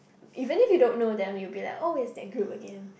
even if you don't know them it will be like oh it's that group again